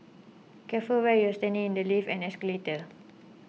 careful where you're standing in the lifts and escalators